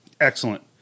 Excellent